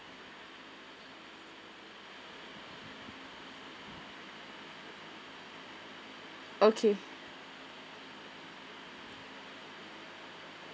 okay